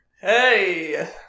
Hey